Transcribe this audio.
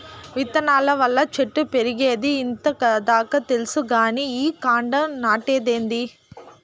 విత్తనాల వల్ల చెట్లు పెరిగేదే ఇంత దాకా తెల్సు కానీ ఈ కాండం నాటేదేందీ